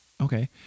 Okay